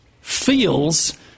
feels